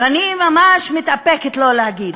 ואני ממש מתאפקת לא להגיד: